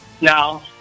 Now